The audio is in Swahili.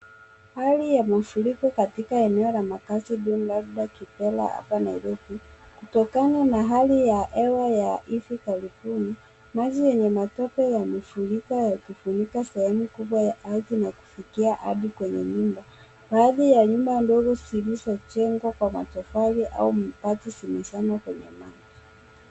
Hali ya mafuriko katika eneo la makazi duni labda Kibera hapa Nairobi, kutokana na hali ya hewa ya hivi karibuni, maji yenye matope yamefurika yakifunika sehemu kubwa ya ardhi na kufikia hadi kwenye nyumba. Baadhi ya nyumba ndogo zilizojengwa kwa matofali au mabati zimezama kwenye maji.